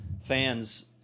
fans